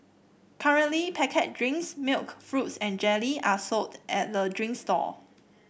currently packet drinks milk fruits and jelly are sold at the drinks stall